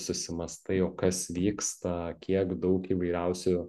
susimąstai o kas vyksta kiek daug įvairiausių